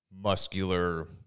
muscular